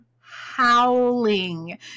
howling